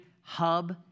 hub